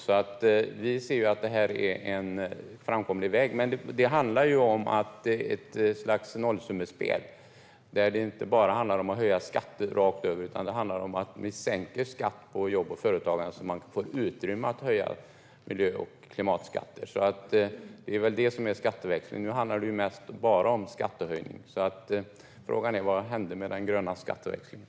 Vi ser att detta är en framkomlig väg. Men det handlar om ett slags nollsummespel, där det inte bara handlar om att höja skatter rakt över utan också handlar om att vi sänker skatt på jobb och företagande så vi får utrymme att höja miljö och klimatskatter. Det är väl det som är skatteväxling. Nu handlar det mest bara om skattehöjning. Frågan är: Vad hände med den gröna skatteväxlingen?